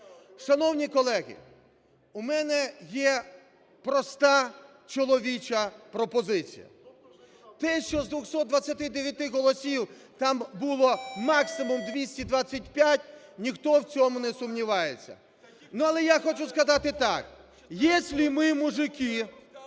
Шановні колеги! У мене є проста чоловіча пропозиція. Те, що з 229 голосів там було максимум 225, ніхто в цьому не сумнівається. Але я хочу сказати так, если мы мужики,